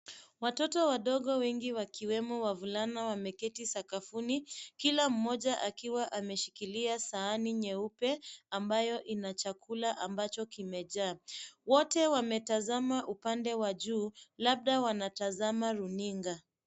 Watoto wadogo wengi wakiwemo wavulana wameketi sakafuni. Kia mmoja akiwa ameshikilia sahani nyeupe , ambayo ina chakula ambacho kimejaa. Wote wametazama upande wa juu, labda wanatazama runinga.